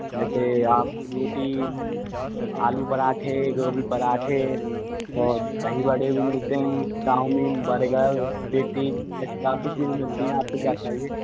जैसे आप रोटी आलू परांठे गोभी परांठे और दही बड़े भी मिलते हैं चाउमिन बर्गर पेटीज ऐसी काफ़ी चीज़ें मिलती हैं आपको क्या चाहिए